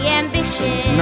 ambitious